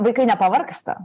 vaikai nepavargsta